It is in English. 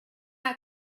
not